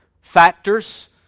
factors